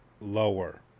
lower